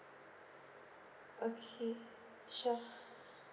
okay sure